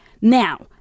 Now